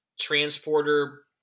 transporter